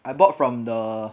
I bought from the